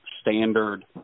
standard